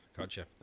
Gotcha